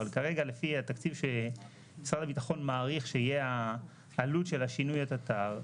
אבל כרגע לפי התקציב ששר הביטחון מעריך שיהיה העלות של שינוי התט"ר,